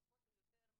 פחות או יותר,